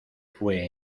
fue